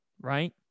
right